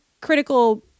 critical